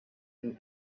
and